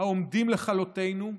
העומדים לכלותנו,